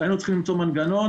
היינו צריכים למצוא מנגנון.